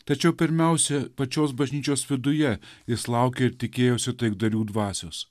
tačiau pirmiausia pačios bažnyčios viduje jis laukė ir tikėjosi taikdarių dvasios